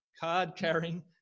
card-carrying